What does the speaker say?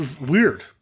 weird